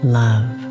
love